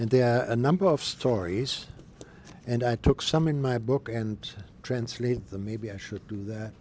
and there are a number of stories and i took some in my book and translate the maybe i should do that